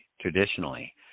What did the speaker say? traditionally